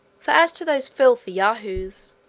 for as to those filthy yahoos,